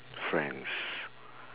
friends